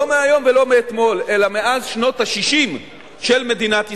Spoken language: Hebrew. מהיום ולא מאתמול אלא מאז שנות ה-60 של מדינת ישראל.